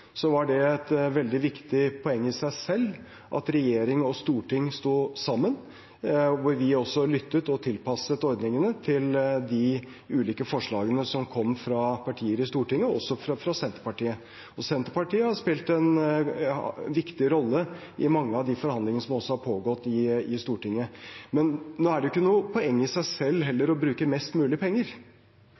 var det et veldig viktig poeng i seg selv at regjering og storting sto sammen, og vi lyttet også og tilpasset ordningene til de ulike forslagene som kom fra partier i Stortinget, også fra Senterpartiet. Senterpartiet har spilt en viktig rolle i mange av de forhandlingene som har pågått i Stortinget. Men det er heller ikke noe poeng i seg selv å bruke mest mulig penger.